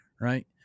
right